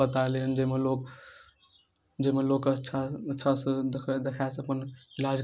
मसूरमे देलहुँ खाद खादमे नहि देलहुँ मूङ्गमे नहि देलहुँ ओकर बाद चलू कटेलहुँ हमसब